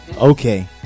Okay